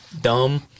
dumb